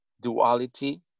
duality